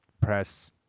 press